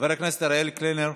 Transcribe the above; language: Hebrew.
חבר הכנסת אריאל קלנר,